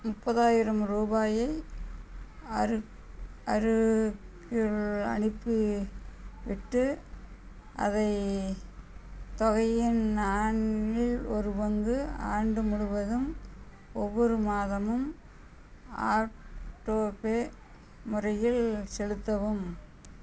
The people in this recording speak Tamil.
முப்பதாயிரம் ரூபாயை அரு அருக்கு அனுப்பிவிட்டு அதை தொகையின் நாலில் ஒரு பங்கு ஆண்டு முழுவதும் ஒவ்வொரு மாதமும் ஆட்டோபே முறையில் செலுத்தவும்